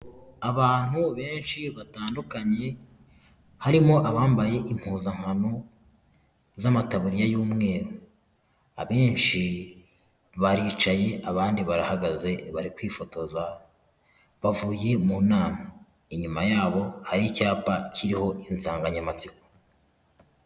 Abantu benshi batandukanye, harimo abambaye impuzankano z'amataburiya y'umweru, abenshi baricaye abandi barahagaze bari kwifotoza, bavuye mu nama, inyuma yabo hari icyapa kiriho insanganyamatsiko.